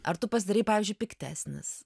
ar tu pasidarei pavyzdžiui piktesnis